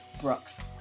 Brooks